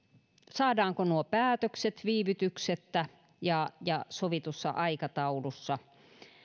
saadaanko nuo päätökset viivytyksettä ja ja sovitussa aikataulussa